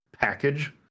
package